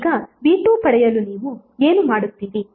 ಈಗ v2 ಪಡೆಯಲು ನೀವು ಏನು ಮಾಡುತ್ತೀರಿ